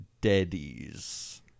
daddies